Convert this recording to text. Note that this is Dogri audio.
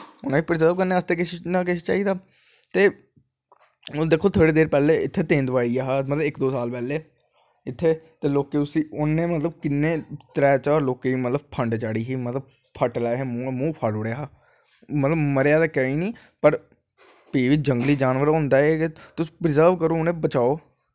उनैं बी पर्जर्व करने आस्तै किश ना किश चाही दा ओह् हून दिक्खो इंत्थें ते दूआ आई गेआ हा इक दो साल पैह्लें के लोकें उनें मतलव किन्नें त्रै चार लोकें गी फंड चाढ़ी ही मतलव फट्ट लाए हे मूंह् फाड़ी ओड़ेआ हा पर मरेआ ते कोई नी पर फ्ही बी जंगली जानवर होंदा ऐ कि तुस प्रजर्व करो उ'नेंगी बचाओ